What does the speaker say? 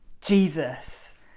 Jesus